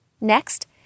Next